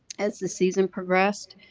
as the season progressed,